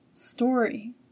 story